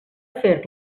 fer